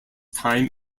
time